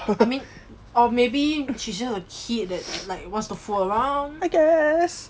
I mean or maybe she's just a kid that like wants to full around